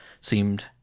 seemed